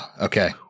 Okay